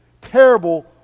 terrible